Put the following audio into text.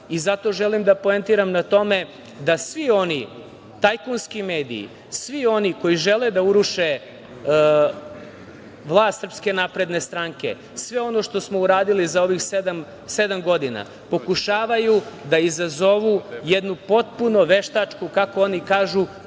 želim da poentiram na tome da svi oni tajkunski mediji, svi oni koji žele da uruše vlast Srpske napredne stranke, sve ono što smo uradili za ovih sedam godina pokušavaju da izazovu jednu potpuno veštačku, kako oni kažu,